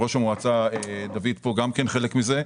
ראש המועצה דוד אלחייני הוא גם חלק מזה,